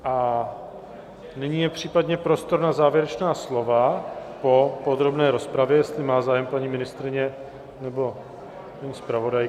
A nyní je případně prostor na závěrečná slova po podrobné rozpravě, jestli má zájem paní ministryně nebo paní zpravodajka.